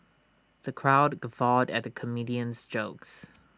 the crowd guffawed at the comedian's jokes